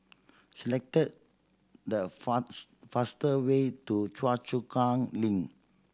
selected the fastest way to Choa Chu Kang Link